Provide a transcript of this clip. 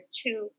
two